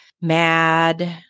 mad